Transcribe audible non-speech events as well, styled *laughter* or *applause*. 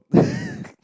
*laughs*